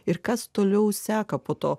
ir kas toliau seka po to